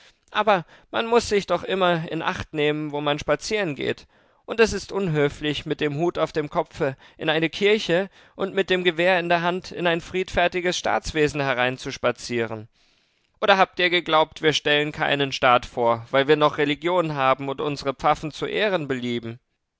aber man muß sich doch immer in acht nehmen wo man spazieren geht und es ist unhöflich mit dem hut auf dem kopfe in eine kirche und mit dem gewehr in der hand in ein friedfertiges staatswesen hereinzuspazieren oder habt ihr geglaubt wir stellen keinen staat vor weil wir noch religion haben und unsere pfaffen zu ehren belieben